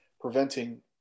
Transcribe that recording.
preventing